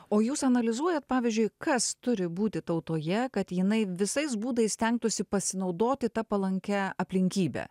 o jūs analizuojat pavyzdžiui kas turi būti tautoje kad jinai visais būdais stengtųsi pasinaudoti ta palankia aplinkybe